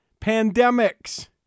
pandemics